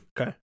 Okay